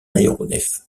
aéronef